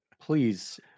Please